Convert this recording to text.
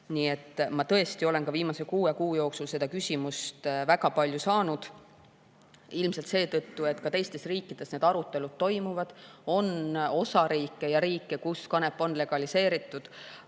olen tõesti viimase kuue kuu jooksul seda küsimust väga palju saanud, ilmselt seetõttu, et ka teistes riikides need arutelud toimuvad. On osariike ja riike, kus kanep on legaliseeritud,